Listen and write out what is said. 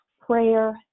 prayer